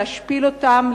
להשפיל אותם,